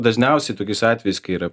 dažniausiai tokiais atvejais kai yra